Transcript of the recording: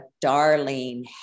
darling